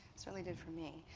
certainly did for me.